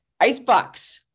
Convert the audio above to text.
Icebox